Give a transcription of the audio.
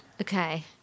Okay